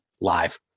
live